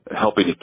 helping